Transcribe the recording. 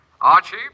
Archie